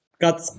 got